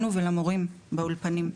לנו, ולמורים באולפנים.